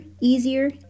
easier